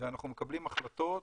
ואנחנו מקבלים החלטות